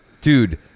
Dude